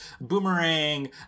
Boomerang